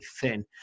thin